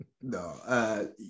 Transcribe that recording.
No